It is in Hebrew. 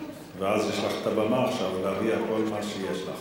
ויש לך הבמה עכשיו להביע את כל מה שיש לך.